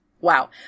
wow